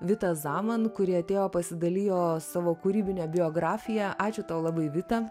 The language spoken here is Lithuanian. vita zaman kuri atėjo pasidalijo savo kūrybine biografija ačiū tau labai vita